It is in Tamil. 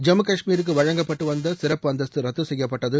ஜம்மு காஷ்மீருக்கு வழங்கப்பட்டு வந்த சிறப்பு அந்தஸ்து ரத்து செய்யப்பட்டது